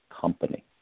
company